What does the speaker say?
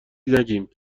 نگیم